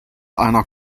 einer